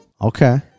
Okay